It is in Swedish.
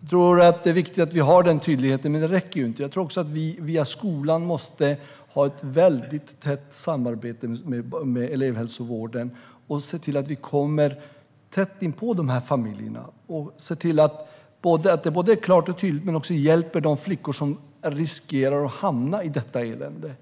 Jag tror att det är viktigt att vi har den tydligheten, men det räcker inte. Jag tror också att vi via skolan måste ha ett väldigt tätt samarbete med elevhälsovården och komma tätt inpå de här familjerna. Det ska vara klart och tydligt och vi ska hjälpa de flickor som riskerar att hamna i detta elände.